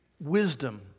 wisdom